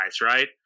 right